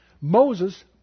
Moses